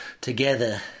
together